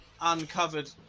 uncovered